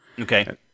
Okay